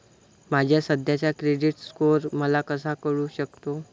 माझा सध्याचा credit score मला कसा कळू शकतो?